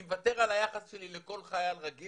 אני מוותר על היחס שלי לכל חייל רגיל